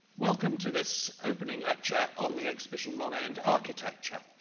welcome to this opening lecture on the exhibition, monet and architecture.